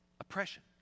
oppression